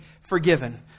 forgiven